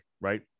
Right